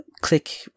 click